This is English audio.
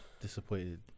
Disappointed